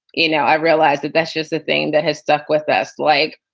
you know, i realized the best just the thing that has stuck with us. like,